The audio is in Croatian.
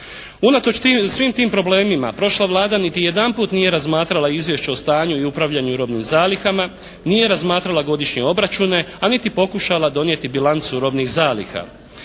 Unatoč svim tim problemima prošla Vlada niti jedanput nije razmatra Izvješće o stanju i upravljanju robnim zalihama, nije razmatrala godišnje obračune, a niti pokušala donijeti bilancu robnih zaliha.